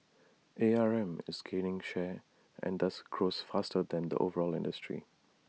A R M is gaining share and thus grows faster than the overall industry